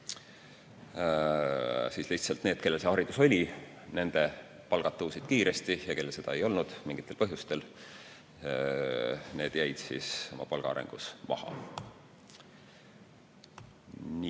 siis lihtsalt need, kellel oli haridus, nende palgad tõusid kiiresti, ja kellel ei olnud mingitel põhjustel, need jäid oma palgaarengus maha. Nii,